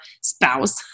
spouse